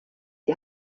die